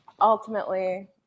ultimately